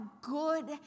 good